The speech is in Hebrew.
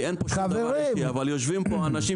אין פה שום דבר אישי אבל יושבים פה אנשים